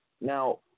Now